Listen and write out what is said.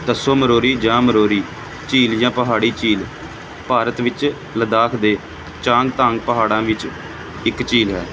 ਤਸੋ ਮੋਰੀਰੀ ਜਾਂ ਮੋਰੀਰੀ ਝੀਲ ਜਾਂ ਪਹਾੜੀ ਝੀਲ ਭਾਰਤ ਵਿੱਚ ਲੱਦਾਖ ਦੇ ਚਾਂਗਥਾਂਗ ਪਹਾੜਾਂ ਵਿੱਚ ਇੱਕ ਝੀਲ ਹੈ